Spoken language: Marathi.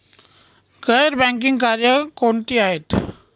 गैर बँकिंग कार्य कोणती आहेत?